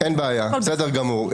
אין בעיה, בסדר גמור.